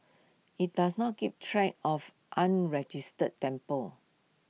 IT does not keep track of unregistered temples